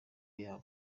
yabo